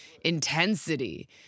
intensity